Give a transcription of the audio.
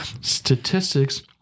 Statistics